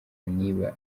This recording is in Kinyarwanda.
niba